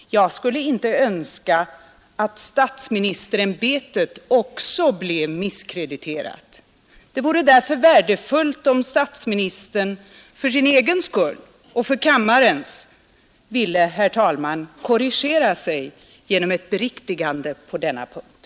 Jag skulle inte önska att statsministerämbetet också blev misskrediterat. Det vore därför värdefullt om statsministern för sin egen skull och för kammarens ville korrigera sig genom ett beriktigande på denna punkt.